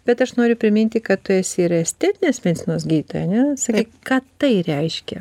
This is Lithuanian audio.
bet aš noriu priminti kad tu esi ir estetinės medicinos gydytoja ane sakyk ką tai reiškia